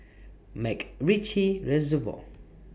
Macritchie Reservoir